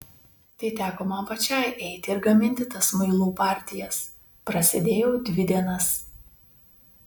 tai teko man pačiai eiti ir gaminti tas muilų partijas prasėdėjau dvi dienas